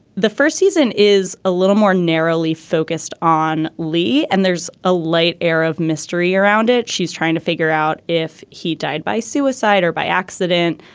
the first season is a little more narrowly focused on lee and there's a light air of mystery around it. she's trying to figure out if he died by suicide or by accident.